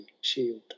shield